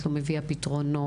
את לא מביאה פתרונות.